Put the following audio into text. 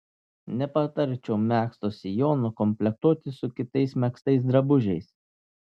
nepatarčiau megzto sijono komplektuoti su kitais megztais drabužiais